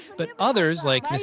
but others, like